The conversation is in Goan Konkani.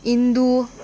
इंदू